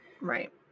Right